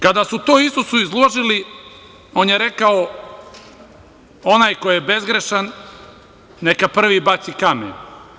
Kada su to Isusu izložili, on je rekao – onaj ko je bezgrešan neka prvi baci kamen.